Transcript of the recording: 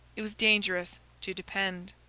it was dangerous to depend.